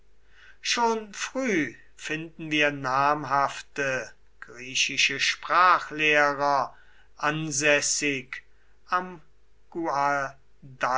schon früh finden wir namhafte griechische sprachlehrer ansässig am